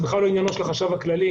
זה בכלל לא עניינו של החשב הכללי,